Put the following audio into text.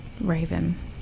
Raven